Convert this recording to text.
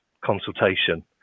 consultation